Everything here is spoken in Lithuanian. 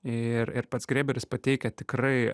ir ir pats grėberis pateikia tikrai